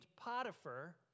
Potiphar